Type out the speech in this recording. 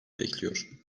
bekliyor